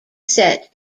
set